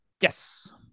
Yes